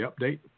update